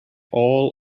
all